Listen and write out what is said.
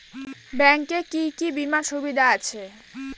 Bank এ কি কী বীমার সুবিধা আছে?